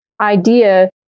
idea